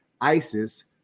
Isis